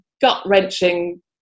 gut-wrenching